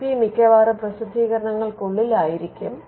I P മിക്കവാറും പ്രസിദ്ധീകരണങ്ങൾക്കുള്ളിലായിരിക്കാം